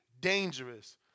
dangerous